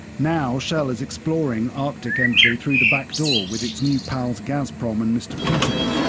now shell is exploring arctic entry through the back door, with its new pals gazprom and mr putin.